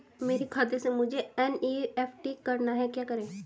मेरे खाते से मुझे एन.ई.एफ.टी करना है क्या करें?